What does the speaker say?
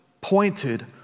pointed